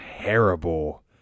terrible